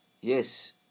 yes